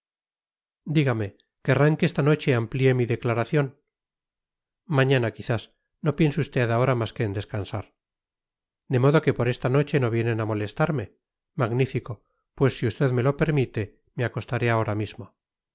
querrán que esta noche amplíe mi declaración mañana quizás no piense usted ahora más que en descansar de modo que por esta noche no vienen a molestarme magnífico pues si usted me lo permite me acostaré ahora mismo